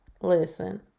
Listen